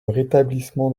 rétablissement